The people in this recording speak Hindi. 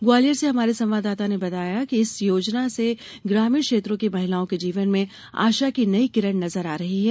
ग्वालियर से हमारे संवाददाता ने बताया कि इस योजना से ग्रामीण क्षेत्रों की महिलाओं की जीवन में आशा की नई किरण नजर आ रही है